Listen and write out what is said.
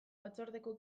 batzordeko